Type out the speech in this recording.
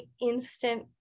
instant